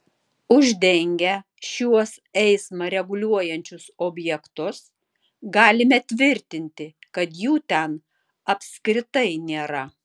uždengę šiuos eismą reguliuojančius objektus galime tvirtinti kad jų ten apskritai nėra